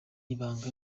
ibanga